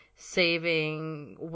Saving